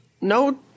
No